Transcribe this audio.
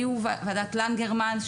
הייתה ועדת לנגרמן,